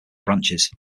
branches